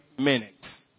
minutes